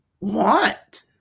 want